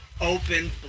open